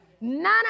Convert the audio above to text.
None